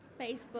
Facebook